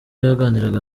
yaganiraga